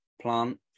plant